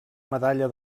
medalla